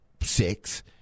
six